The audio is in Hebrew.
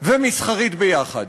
ומסחרית ביחד.